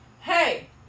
Hey